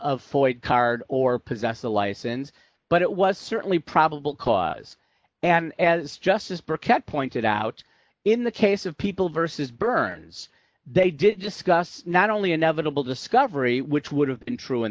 foid card or possess a license but it was certainly probable cause and as justice bearcat pointed out in the case of people versus burns they did discuss not only inevitable discovery which would have been true in